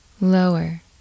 lower